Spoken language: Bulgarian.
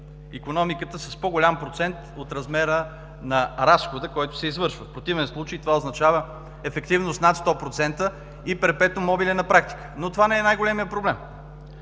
икономиката с по-голям процент от размера на разхода, който се извършва, в противен случай това означава ефективност над 100% и перпетуум-мобиле на практика. Но това не е най-големият проблем.